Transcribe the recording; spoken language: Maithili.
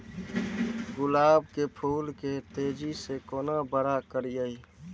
गुलाब के फूल के तेजी से केना बड़ा करिए?